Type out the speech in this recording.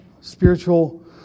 spiritual